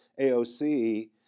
AOC